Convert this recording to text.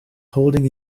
holding